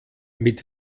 mit